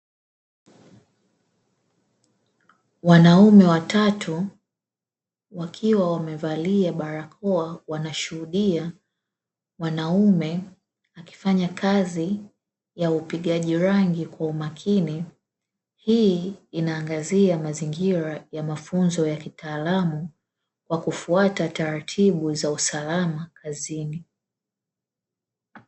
Wanaume watatu wakiwa wamevalia barakoa wanashuhudia mwanaume akifanya kazi ya upigaji rangi kwa umakini. Hii inaangazia mazingira ya mafunzo ya kitaalamu kwa kufuata taratibu za usalama kazini.